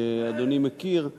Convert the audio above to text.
שאדוני מכיר,